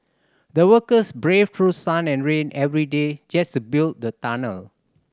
the workers braved through sun and rain every day just to build the tunnel